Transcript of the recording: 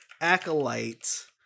Acolyte